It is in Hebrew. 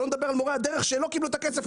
שלא נדבר על מורי הדרך שלא קיבלו את הכסף.